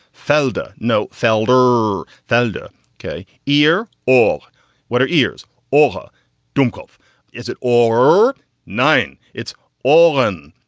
felda, no felder, felda k ear or what are ears or dummkopf is it. or nine. it's all on.